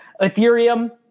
Ethereum